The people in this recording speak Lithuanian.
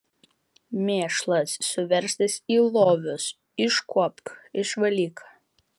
mėšlas suverstas į lovius iškuopk išvalyk